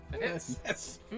Yes